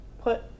put